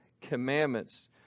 commandments